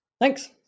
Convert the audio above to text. Thanks